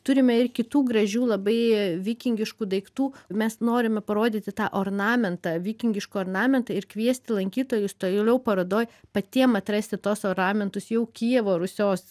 turime ir kitų gražių labai vikingiškų daiktų mes norime parodyti tą ornamentą vikingišką ornamentą ir kviesti lankytojus toliau parodoj patiem atrasti tuos ornamentus jau kijevo rusios